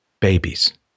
Babies